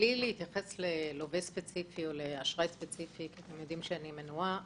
מבלי להתייחס ללווה ספציפי או לאשראי ספציפי כי אתם יודעים שאני מנועה,